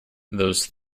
those